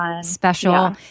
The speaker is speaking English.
special